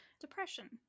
depression